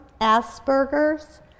Asperger's